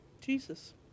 Jesus